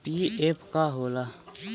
PF का होला?